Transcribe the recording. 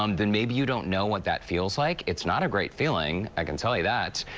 um then maybe you don't know what that feels like. it's not a great feeling, i can tell you that.